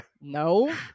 no